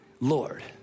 Lord